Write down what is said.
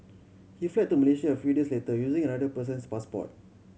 he fled to Malaysia a few days later using another person's passport